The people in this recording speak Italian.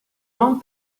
non